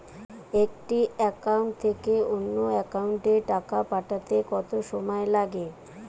একটি একাউন্ট থেকে অন্য একাউন্টে টাকা পাঠাতে কত সময় লাগে?